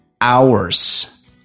hours